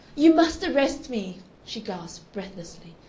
you must arrest me! she gasped, breathlessly,